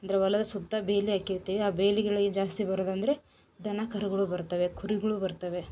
ದ್ರವಲಗ ಸುತ್ತ ಬೇಲಿ ಹಾಕಿರ್ತೀವಿ ಆ ಬೇಲಿ ಒಳಗೆ ಜಾಸ್ತಿ ಬರೋದೆಂದ್ರೆ ದನ ಕರುಗಳು ಬರ್ತಾವೆ ಕುರಿಗಳು ಬರ್ತವೆ